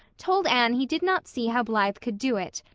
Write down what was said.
told anne he did not see how blythe could do it,